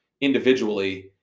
individually